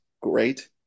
great